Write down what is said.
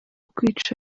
kwica